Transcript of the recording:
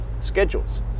schedules